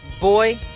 Boy